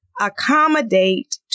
accommodate